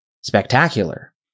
spectacular